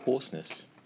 Hoarseness